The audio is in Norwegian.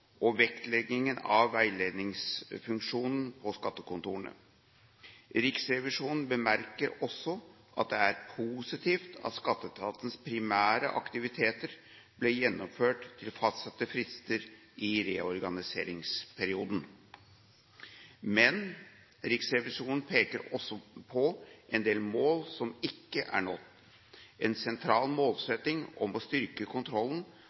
og vektleggingen av veiledningsfunksjonen på skattekontorene. Riksrevisjonen bemerker også at det er positivt at skatteetatens primære aktiviteter ble gjennomført til fastsatte frister i reorganiseringsperioden. Men Riksrevisjonen peker også på en del mål som ikke er nådd. En sentral målsetting om å styrke kontrollen